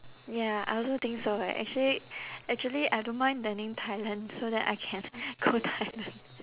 ya I also think so eh actually actually I don't mind learning thailand so that I can go thailand